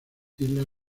islas